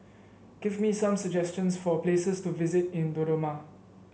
give me some suggestions for places to visit in Dodoma